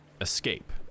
escape